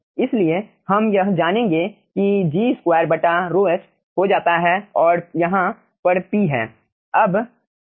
इसलिए हम यह जानेंगे की G2 ρh हो जाता है और यहाँ पर p है